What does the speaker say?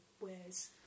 wears